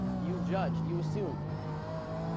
you judged, you assumed.